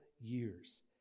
years